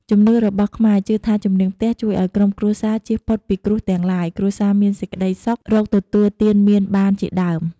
ជំនឿរបស់ខ្មែរជឿថាជំនាងផ្ទះជួយឲ្យក្រុមគ្រួសារជៀសផុតពីគ្រោះទាំងឡាយ គ្រួសារមានសេចក្ដីសុខ រកទទួលទានមានបានជាដើម។